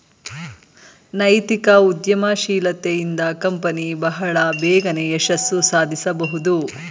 ನೈತಿಕ ಉದ್ಯಮಶೀಲತೆ ಇಂದ ಕಂಪನಿ ಬಹಳ ಬೇಗನೆ ಯಶಸ್ಸು ಸಾಧಿಸಬಹುದು